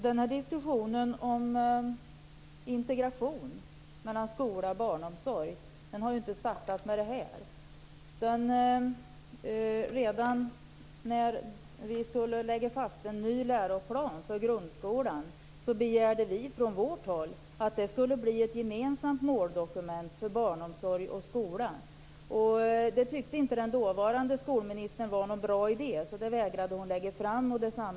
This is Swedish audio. Herr talman! Diskussionen om integration mellan skola och barnomsorg har ju inte startat i och med detta. Redan när vi skulle lägga fast en ny läroplan för grundskolan begärde vi från vårt håll att det skulle bli ett gemensamt måldokument för barnomsorg och skola. Den dåvarande skolministern tyckte inte att det var någon bra idé, så hon vägrade att lägga fram ett sådant förslag.